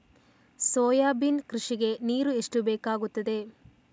Soybean ಕೃಷಿಗೆ ನೀರು ಎಷ್ಟು ಬೇಕಾಗುತ್ತದೆ?